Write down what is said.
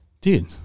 Dude